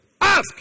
Ask